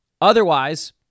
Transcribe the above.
Otherwise